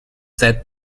that